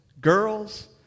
girls